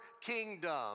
kingdom